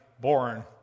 born